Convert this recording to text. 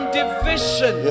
division